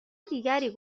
دیگری